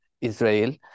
Israel